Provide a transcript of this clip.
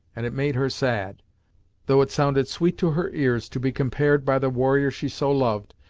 and it made her sad though it sounded sweet to her ears to be compared, by the warrior she so loved,